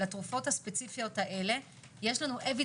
לתרופות הספציפיות האלה יש לנו evidence